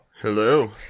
hello